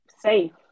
safe